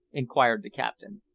inquired the captain.